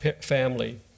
family